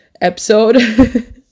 episode